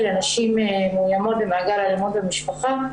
לאנשים מאוימות במעגל האלימות במשפחה,